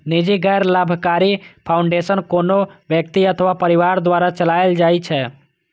निजी गैर लाभकारी फाउंडेशन कोनो व्यक्ति अथवा परिवार द्वारा चलाएल जाइ छै